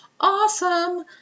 awesome